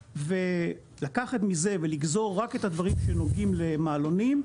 ולקחת מזה ולגזור רק את הדברים שנוגעים למעלונים,